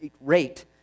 rate